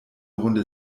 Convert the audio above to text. runde